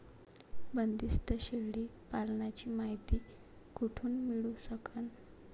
बंदीस्त शेळी पालनाची मायती कुठून मिळू सकन?